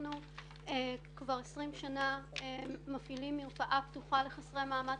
אנחנו כבר 20 שנים מפעילים מרפאה פתוחה לחסרי מעמד,